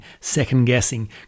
second-guessing